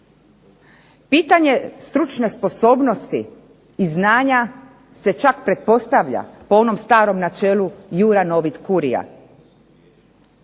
Pitanje stručne sposobnosti i znanja se čak pretpostavlja po onom starom načelu "Iura novit curia",